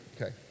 Okay